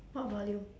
what volume